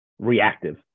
Reactive